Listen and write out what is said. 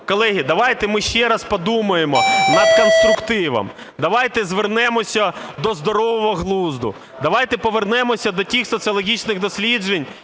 Колеги, давайте ми ще раз подумаємо над конструктивом. Давайте звернемося до здорового глузду. Давайте повернемося до тих соціологічних досліджень,